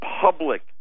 public